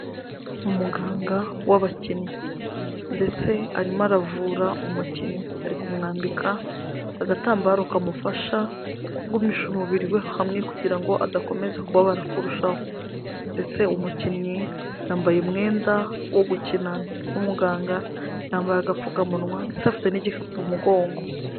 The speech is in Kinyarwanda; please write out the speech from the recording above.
Umuganga w'abakinnyi, ndetse arimo aravura umukinnyi ari kumwambika agatambaro kamufasha kugumisha umubiri we hamwe kugira ngo adakomeza kubabara kurushaho, ndetse umukinnyi yambaye umwenda wo gukinana n’umuganga yambaye agapfukamunwa ndetse afite n'igikapu mu mugongo.